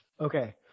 Okay